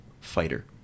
fighter